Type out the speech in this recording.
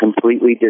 completely